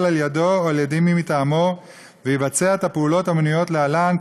על-ידו או על-ידי מי מטעמו ויבצע את הפעולות המנויות להלן,